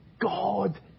God